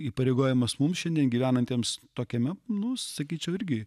įpareigojimas mums šiandien gyvenantiems tokiame nu sakyčiau irgi